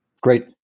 Great